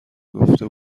گفته